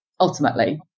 Ultimately